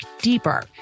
deeper